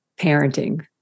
parenting